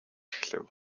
эхлэв